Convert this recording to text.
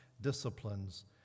disciplines